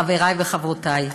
חברי וחברותי,